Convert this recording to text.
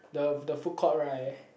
the the food court right